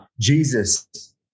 Jesus